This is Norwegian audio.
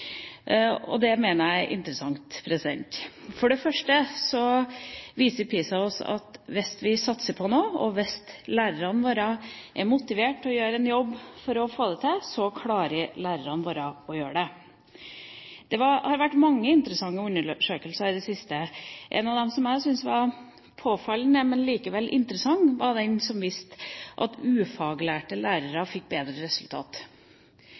Og det mener jeg er interessant. Først: PISA viser oss at hvis vi satser på noe, og hvis lærerne våre er motiverte til å gjøre en jobb for å få det til, så klarer lærerne våre å gjøre det. Det har vært mange interessante undersøkelser i det siste. En av dem som jeg syntes var påfallende, men likevel interessant, var den som viste at ufaglærte lærere fikk bedre resultat.